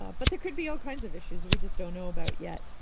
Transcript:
ah but there could be all kinds of issues we just don't know about yet.